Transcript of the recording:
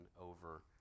over